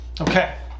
Okay